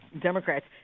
Democrats